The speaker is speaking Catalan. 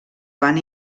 van